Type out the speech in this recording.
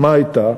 מה הייתה?